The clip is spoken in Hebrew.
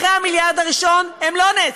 אחרי המיליארד הראשון הם לא נעצרו,